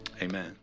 Amen